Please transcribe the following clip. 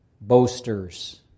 boasters